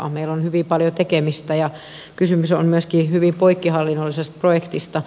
meillä on hyvin paljon tekemistä ja kysymys on myöskin hyvin poikkihallinnollisesta projektista